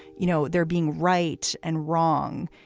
you know, there being right and wrong,